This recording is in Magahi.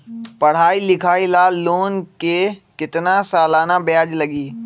पढाई लिखाई ला लोन के कितना सालाना ब्याज लगी?